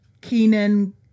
Keenan